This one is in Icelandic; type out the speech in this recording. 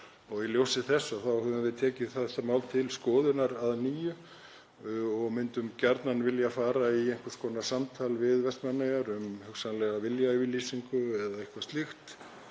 Í ljósi þess höfum við tekið þetta mál til skoðunar að nýju og myndum gjarnan vilja fara í einhvers konar samtal við Vestmannaeyjar um hugsanlega viljayfirlýsingu eða eitthvað slíkt